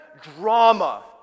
drama